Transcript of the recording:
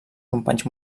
companys